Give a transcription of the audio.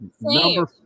Number